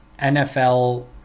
NFL